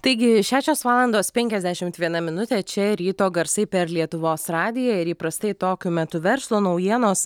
taigi šešios valandos penkiasdešimt viena minutė čia ryto garsai per lietuvos radiją ir įprastai tokiu metu verslo naujienos